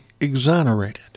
exonerated